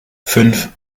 fünf